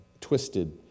twisted